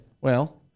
Well-